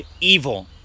evil